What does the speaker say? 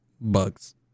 bugs